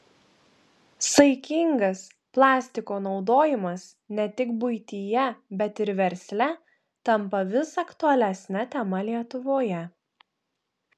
saikingas plastiko naudojimas ne tik buityje bet ir versle tampa vis aktualesne tema lietuvoje